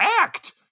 act